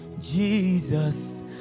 Jesus